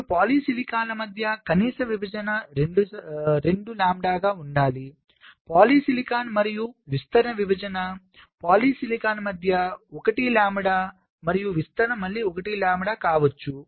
2 పాలిసిలికాన్ల ల మధ్య కనీస విభజన రెండుసార్లు లాంబ్డాగా ఉండాలి పాలిసిలికాన్ మరియు విస్తరణ విభజన పాలిసిలికాన్ మధ్య 1 లాంబ్డా మరియు విస్తరణ మళ్ళీ 1 లాంబ్డా కావచ్చు